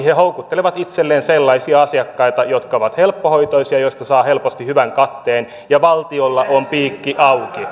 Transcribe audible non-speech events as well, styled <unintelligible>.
<unintelligible> he houkuttelevat itselleen sellaisia asiakkaita jotka ovat helppohoitoisia joista saa helposti hyvän katteen ja valtiolla on piikki auki